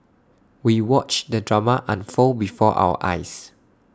we watched the drama unfold before our eyes